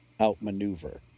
outmaneuver